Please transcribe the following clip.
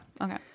Okay